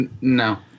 no